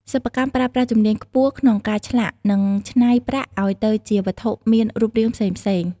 សិប្បករប្រើប្រាស់ជំនាញខ្ពស់ក្នុងការឆ្លាក់ និង ច្នៃ ប្រាក់ឱ្យទៅជាវត្ថុមានរូបរាងផ្សេងៗ។